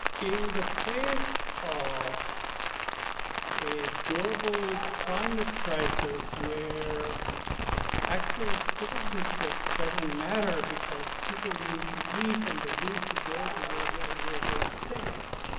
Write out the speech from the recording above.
in the face of a global climate crisis where actual citizenship doesn't matter because people need to eat and they need to go to where they where they are safe.